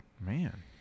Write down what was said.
Man